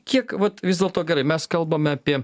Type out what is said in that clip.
kiek vat vis dėlto gerai mes kalbame apie